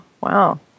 Wow